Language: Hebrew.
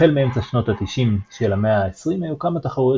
החל מאמצע שנות ה-90 של המאה העשרים היו כמה תחרויות